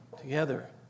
together